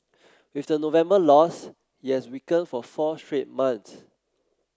with the November loss it has weakened for four straight months